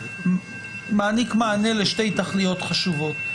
מענה לשתי תכליות חשובות.